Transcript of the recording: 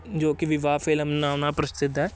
ਜੋ ਕਿ ਵਿਵਾਹ ਫਿਲਮ ਨਾਂ ਨਾਲ ਪ੍ਰਸਿੱਧ ਹੈ